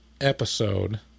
episode